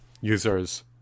users